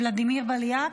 ולדימיר בליאק,